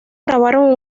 grabaron